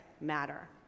matter